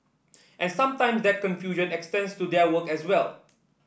and sometimes that confusion extends to their work as well